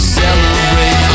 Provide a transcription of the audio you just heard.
celebrate